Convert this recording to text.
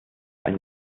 ein